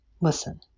listen